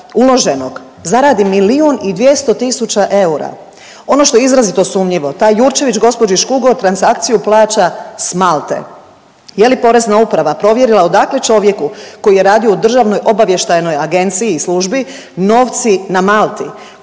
uloženog zaradi milijun i 200 tisuća eura. Ono što je izrazito sumnjivo, taj Jurčević gđi. Škugor transakciju plaća s Malte. Je li Porezna uprava odakle čovjeku koji je radio u državnoj obavještajnoj agenciji i službi novci na Malti?